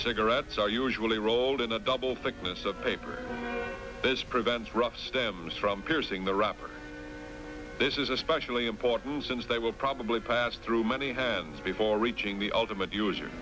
cigarettes are usually rolled in a double thickness of paper this prevents rough stems from piercing the wrapper this is especially important since they will probably pass through many hands before reaching the ultimate user